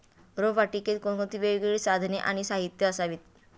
रोपवाटिकेत कोणती वेगवेगळी साधने आणि साहित्य असावीत?